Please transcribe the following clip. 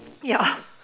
ya